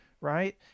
right